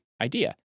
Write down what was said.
idea